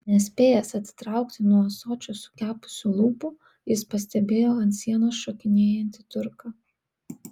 nespėjęs atitraukti nuo ąsočio sukepusių lūpų jis pastebėjo ant sienos šokinėjantį turką